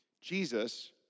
Jesus